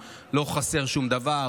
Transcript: הכול בסדר, יש מלא כסף לכולם, לא חסר שום דבר.